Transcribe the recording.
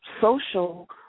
social